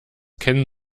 kennen